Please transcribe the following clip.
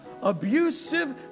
abusive